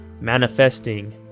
manifesting